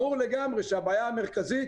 ברור לגמרי שהבעיה המרכזית